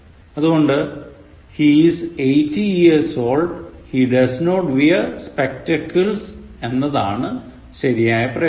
അതുകൊണ്ട് he is eighty years old he does not wear spectacles എന്നതാണ് ശരിയായ പ്രയോഗം